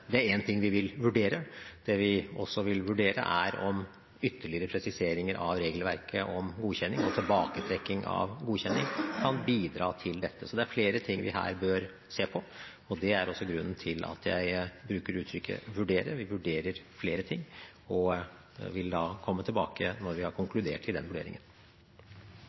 Det er én ting vi vil vurdere. Det vi også vil vurdere, er om ytterligere presiseringer av regelverket om godkjenning og tilbaketrekking av godkjenning kan bidra til dette. Så det er flere ting vi bør se på her, og det er også grunnen til at jeg bruker uttrykket «vurdere». Vi vurderer flere ting, og vi vil da komme tilbake når vi har konkludert i den vurderingen.